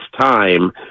time